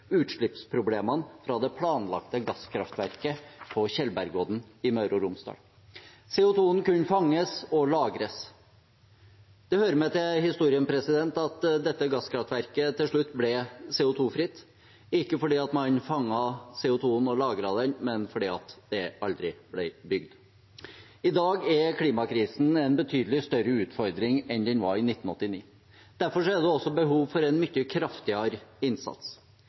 utslippsproblemene ved det planlagte gasskraftverket på Tjeldbergodden i Møre og Romsdal. CO 2 -en kunne fanges og lagres. Det hører med til historien at dette gasskraftverket til slutt ble CO 2 -fritt – ikke fordi man fanget CO 2 -en og lagret den, men fordi det aldri ble bygd. I dag er klimakrisen en betydelig større utfordring enn den var i 1989. Derfor er det også behov for en mye kraftigere innsats.